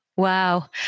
Wow